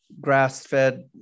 grass-fed